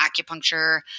acupuncture